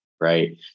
right